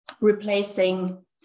replacing